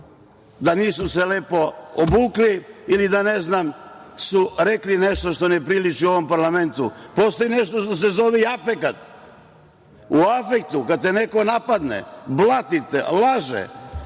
da nisu se lepo obukli ili da, ne znam, su rekli nešto što ne priliči u ovom parlamentu. Postoji nešto što se zove i afekat. U afektu kad te neko napadne, blati, laže,